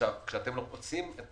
כשאתם עושים את